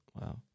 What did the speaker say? Wow